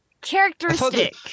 characteristic